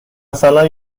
مثلا